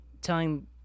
telling